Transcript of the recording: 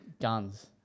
guns